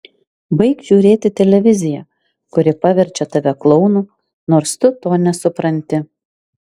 baik žiūrėti televiziją kuri paverčia tave klounu nors tu to nesupranti